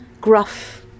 gruff